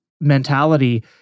mentality